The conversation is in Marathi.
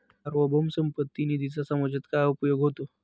सार्वभौम संपत्ती निधीचा समाजात काय उपयोग होतो?